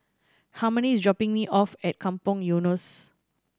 harmony is dropping me off at Kampong Eunos